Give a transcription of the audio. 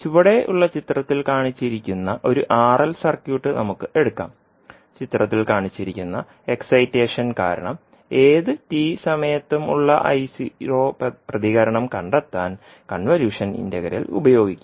ചുവടെയുള്ള ചിത്രത്തിൽ കാണിച്ചിരിക്കുന്ന ഒരു ആർഎൽ സർക്യൂട്ട് നമുക്ക് എടുക്കാം ചിത്രത്തിൽ കാണിച്ചിരിക്കുന്ന എക്സൈറ്റേഷൻ കാരണം ഏത് t സമയത്തും ഉളള പ്രതികരണം കണ്ടെത്താൻ കൺവല്യൂഷൻ ഇന്റഗ്രൽ ഉപയോഗിക്കും